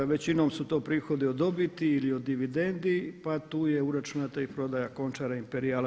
Većinom su to prihodi od dobiti ili od dividendi, pa tu je uračunata i prodaja Končara, Imperiala.